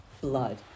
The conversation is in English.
Blood